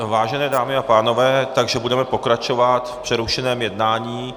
Vážené dámy a pánové, budeme pokračovat v přerušeném jednání.